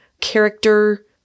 character